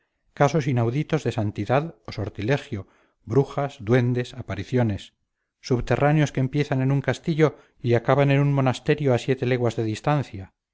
casos inauditos de santidad o sortilegio brujas duendes apariciones subterráneos que empiezan en un castillo y acaban en un monasterio a siete leguas de distancia